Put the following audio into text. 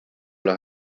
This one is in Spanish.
los